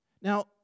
Now